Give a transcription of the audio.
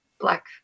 black